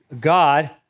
God